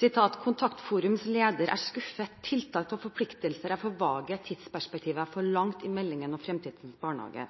«Første steg». «Kontaktforums leder er skuffet – tiltak og forpliktelser er for vage og tidsperspektivet er for langt i meldingen om Framtidens barnehage.»